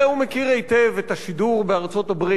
הרי הוא מכיר היטב את השידור בארצות-הברית.